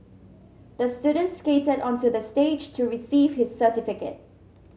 the students skated onto the stage to receive his certificate